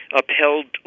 upheld